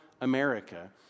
America